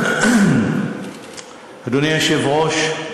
אדוני היושב-ראש,